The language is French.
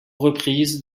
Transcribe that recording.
reprise